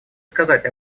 сказать